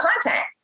content